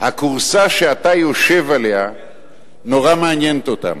הכורסה שאתה יושב עליה נורא מעניינת אותם